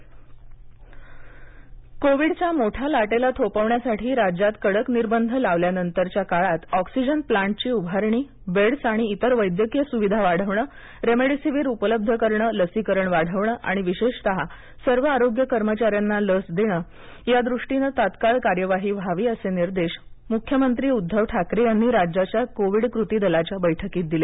राज्य task force बैठक कोविडच्या मोठ्या लाटेला थोपविण्यासाठी राज्यात कडक निर्बध लावल्यानंतरच्या काळात ऑक्सिजन प्लॅन्टची उभारणी बेड्स आणि इतर वैद्यकीय सुविधा वाढवणं रेमडीसीव्हीर उपलब्ध करणं लसीकरण वाढवणं आणि विशेषत सर्व आरोग्य कर्मचाऱ्यांना लस देणं यादृष्टीनं तत्काळ कार्यवाही व्हावी असे निर्देश मुख्यमंत्री उद्धव ठाकरे यांनी राज्याच्या कोविड कृतीदलाच्या बैठकीत दिले